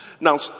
Now